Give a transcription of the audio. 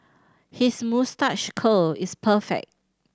his moustache curl is perfect